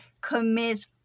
commits